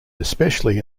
especially